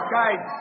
guys